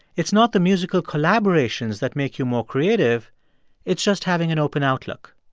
it's not the musical collaborations that make you more creative it's just having an open outlook.